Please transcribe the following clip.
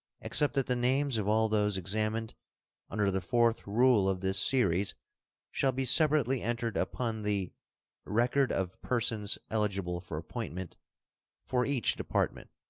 except that the names of all those examined under the fourth rule of this series shall be separately entered upon the record of persons eligible for appointment for each department,